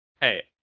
Hey